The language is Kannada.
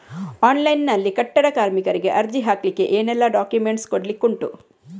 ಆನ್ಲೈನ್ ನಲ್ಲಿ ಕಟ್ಟಡ ಕಾರ್ಮಿಕರಿಗೆ ಅರ್ಜಿ ಹಾಕ್ಲಿಕ್ಕೆ ಏನೆಲ್ಲಾ ಡಾಕ್ಯುಮೆಂಟ್ಸ್ ಕೊಡ್ಲಿಕುಂಟು?